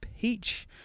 peach